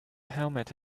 helmet